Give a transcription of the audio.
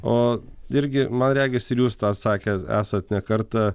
o irgi man regis ir jūs tą sakęs esat ne kartą